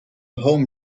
home